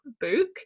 book